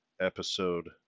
episode